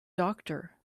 doctor